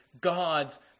God's